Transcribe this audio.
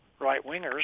right-wingers